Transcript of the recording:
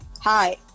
Hi